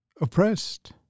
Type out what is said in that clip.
oppressed